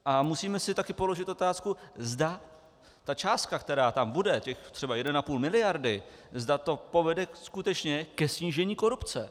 A musíme si taky položit otázku, zda ta částka, která tam bude, těch třeba 1,5 mld., zda to povede skutečně ke snížení korupce.